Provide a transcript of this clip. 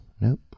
Nope